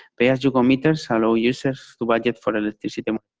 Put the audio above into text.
pay-as-you-go meters allow users to budget for electricity. um